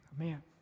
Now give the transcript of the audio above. Amen